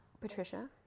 Patricia